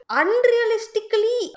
unrealistically